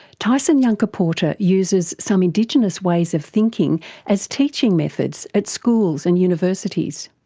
tyson yunkaporta uses some indigenous ways of thinking as teaching methods at schools and universities.